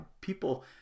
People